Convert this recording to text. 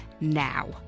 now